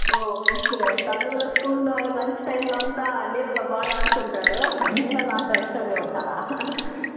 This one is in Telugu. ఓ ఓకే తను కూడా స్కూల్లో లంచ్ టైమ్లో అంతా నీళ్ళల్లో బాగా ఆడుతుంటాడు నీళ్ళల్లో ఆడడం ఇష్టంమేమో చాలా